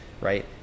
right